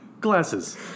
Glasses